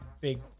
big